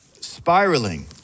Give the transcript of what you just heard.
spiraling